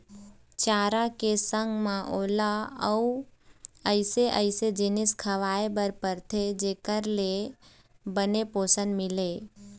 चारा के संग म ओला अउ अइसे अइसे जिनिस खवाए बर परथे जेखर ले बने पोषन मिलय